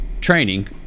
training